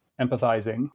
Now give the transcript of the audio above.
empathizing